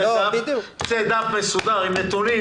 רוצה דף מסודר עם נתונים,